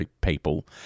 people